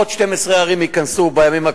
עוד 12 ערים ייכנסו בימים הקרובים.